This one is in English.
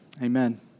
Amen